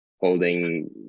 holding